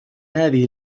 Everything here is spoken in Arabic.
هذه